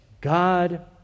God